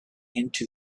into